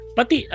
Pati